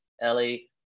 Ellie